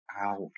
Ouch